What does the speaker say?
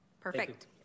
Perfect